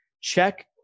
check